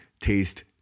taste